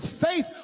faith